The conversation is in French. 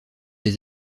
les